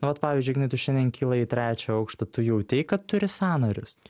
nu vat pavyzdžiui ignai tu šiandien kilai į trečią aukštą tu jautei kad turi sąnarius